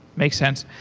makes sense.